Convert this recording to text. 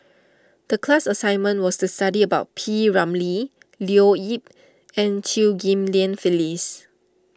the class assignment was to study about P Ramlee Leo Yip and Chew Ghim Lian Phyllis